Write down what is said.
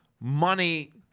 money